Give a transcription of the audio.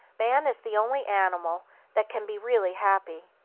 man is the only animal that can be really happy.